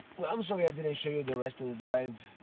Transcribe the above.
well i'm sorry i show you the rest of the drive.